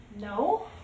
No